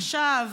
חשב,